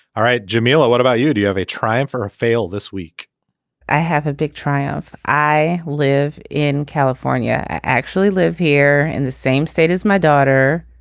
all right jamila what about you. do you have a try and for a fail this week i have a big trial. i live in california. i actually live here in the same state as my daughter.